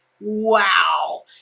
wow